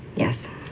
yes,